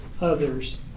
others